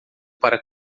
para